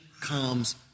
comes